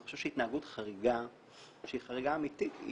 אני חושב שהתנהגות חריגה שהיא חריגה אמיתית,